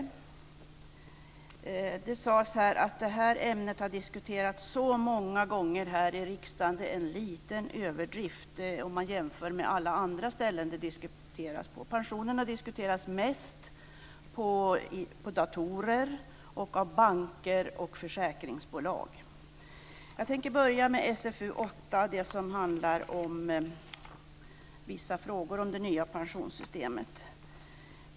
Det sades här att det här ämnet har diskuterats många gånger här i riksdagen. Det är en liten överdrift jämfört med alla de andra diskussioner som förs om detta på andra ställen. Pensionerna diskuteras mest på datorer, av banker och av försäkringsbolag. Jag tänker börja med att beröra socialförsäkringsutskottets betänkande nr 8, som handlar om vissa frågor om det nya pensionssystemet.